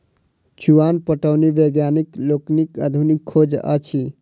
चुआन पटौनी वैज्ञानिक लोकनिक आधुनिक खोज अछि